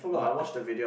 but